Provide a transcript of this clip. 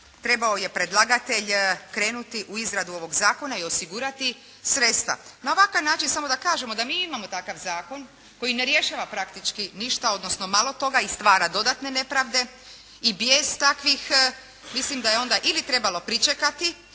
trebao je predlagatelj krenuti u izradu ovog zakona i osigurati sredstva. Na ovakav način samo da kažemo, da mi imamo takav zakon, koji ne rješava praktički ništa, odnosno malo toga i stvara dodatne nepravde i bijes takvih, mislim da je onda ili trebalo pričekati,